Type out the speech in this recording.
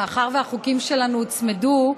מאחר שהחוקים שלנו הוצמדו,